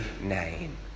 name